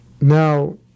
Now